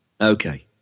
Okay